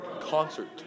concert